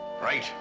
Right